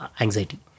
anxiety